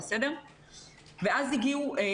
ובסופו של דבר הגענו לשרשרת הדבקה שהילד הזה הדביק 79